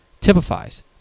typifies